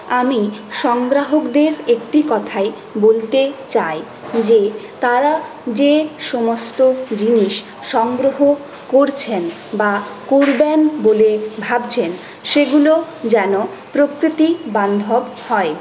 আমি সংগ্রাহকদের একটি কথা বলতে চাই তারা যে সমস্ত জিনিস সংগ্রহ করছে বা করবেন বলে ভাবছেন সেগুলো যেন প্রকৃতি বান্ধব হয়